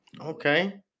Okay